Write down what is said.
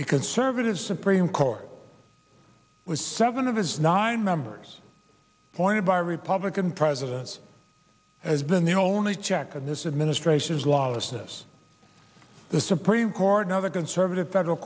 because servitude supreme court was seven of his nine members pointed by republican presidents as been the only check on this administration's lawlessness the supreme court and other conservative federal